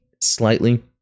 slightly